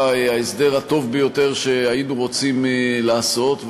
ההסדר הטוב ביותר שהיינו רוצים לעשות,